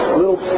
little